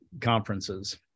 conferences